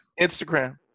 instagram